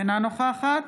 אינה נוכחת